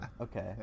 Okay